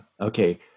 okay